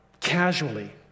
casually